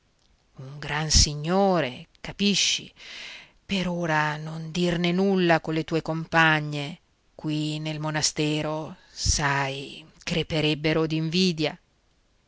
un gran signore capisci per ora non dirne nulla colle tue compagne qui nel monastero sai creperebbero d'invidia